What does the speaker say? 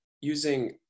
using